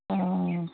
অঁ